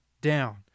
down